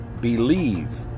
believe